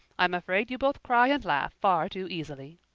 i'm afraid you both cry and laugh far too easily.